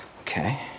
okay